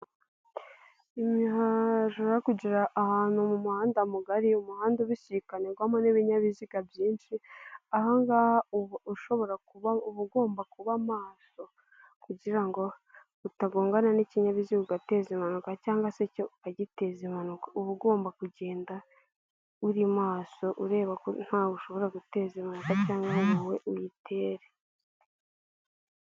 Imihajura kugera ahantu mu muhanda mugari umuhanda ubisikanirwamo n'ibinyabiziga byinshi ahangaha uba ushobora kuba uba ugomba kuba maso kugira utagongana n'ikinyabizigateza impanuka cg se cyo ukagiteza impanuka uba ugomba kugenda uri maso ureba ko ntawe ushobora guteza impanuka cyangwau wowe uyitere.